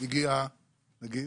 הגיע לגיל,